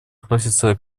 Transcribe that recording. относится